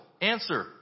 Answer